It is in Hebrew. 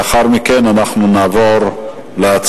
לאחר מכן אנחנו נעבור להצבעה.